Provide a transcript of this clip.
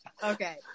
Okay